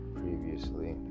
previously